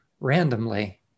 randomly